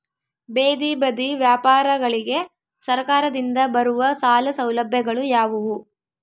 ಬೇದಿ ಬದಿ ವ್ಯಾಪಾರಗಳಿಗೆ ಸರಕಾರದಿಂದ ಬರುವ ಸಾಲ ಸೌಲಭ್ಯಗಳು ಯಾವುವು?